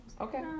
okay